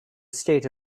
state